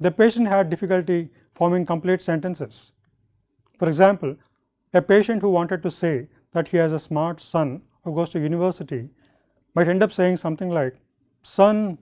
the patient had difficulty forming complete sentences for example a patient who wanted to say that, that he has a smart son who goes to university might end up saying, something like son